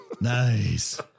Nice